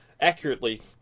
accurately